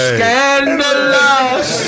Scandalous